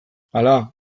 hala